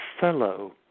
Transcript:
fellow